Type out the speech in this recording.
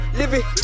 living